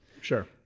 Sure